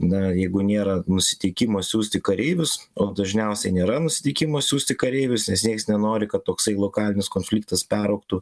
na jeigu nėra nusiteikimo siųsti kareivius o dažniausiai nėra nusiteikimo siųsti kareivius nes nieks nenori kad toksai lokalinis konfliktas peraugtų